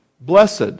Blessed